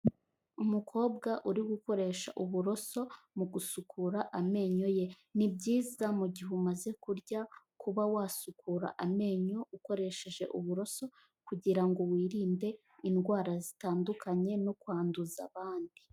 Umukobwa uri gukoresha uburoso mu gusukura amenyo ye, ni byiza mu gihe umaze kurya kuba wasukura amenyo ukoresheje uburoso kugira ngo wirinde indwara zitandukanye no kwanduza abandi.